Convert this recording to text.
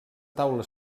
taula